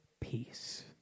peace